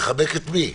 מחבק את מי?